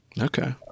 Okay